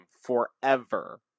forever